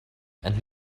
and